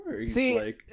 See